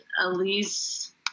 Elise